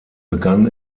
begann